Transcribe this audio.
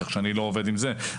כך שאני לא עובד עם זה.